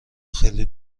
خیلی